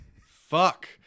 Fuck